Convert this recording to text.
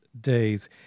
days